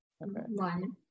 one